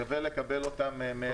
שווה לקבל אותם מאל על.